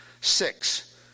Six